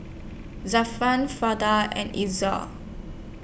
Zafran and